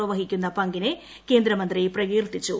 O വഹിക്കുന്ന പങ്കിനെ കേന്ദ്രമന്ത്രി പ്രകീർത്തിച്ചു